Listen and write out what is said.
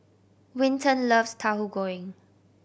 Winton loves Tahu Goreng